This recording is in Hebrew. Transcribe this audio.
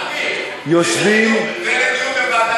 ככה, מילה